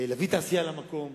להביא תעשייה למקום.